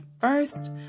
first